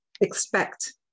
expect